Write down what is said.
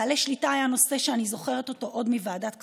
בעלי שליטה הם נושא שאני זוכרת עוד מוועדת הכספים,